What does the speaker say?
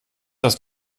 das